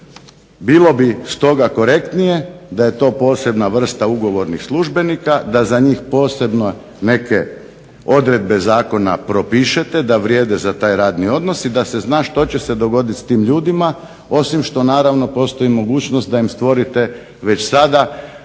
Bilo bi stoga korektnije da je to posebna vrsta ugovornih službenika, da za njih posebno neke odredbe zakona propišete da vrijede za taj radni odnos i da se zna što će se dogoditi s tim ljudima. Osim što postoji mogućnost da im stvorite već sada